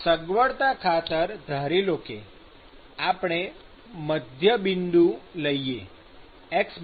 તેથી સગવડતા ખાતર ધારી લો કે આપણે મધ્યબિંદુ લઈએ x0